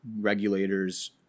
regulators